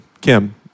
Kim